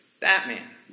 Batman